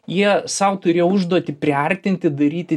jie sau turėjo užduotį priartinti daryti